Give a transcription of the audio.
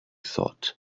thought